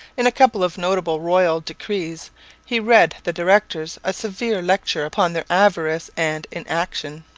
in a couple of notable royal decrees he read the directors a severe lecture upon their avarice and inaction,